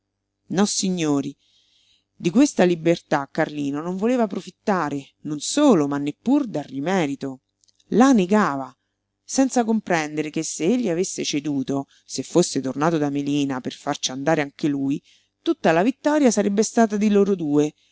donna nossignori di questa libertà carlino non voleva profittare non solo ma neppur dargli merito la negava senza comprendere che se egli avesse ceduto se fosse tornato da melina per farci andare anche lui tutta la vittoria sarebbe stata di loro due